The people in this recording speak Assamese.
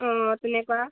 অঁ তেনেকুৱা